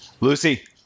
lucy